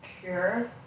cure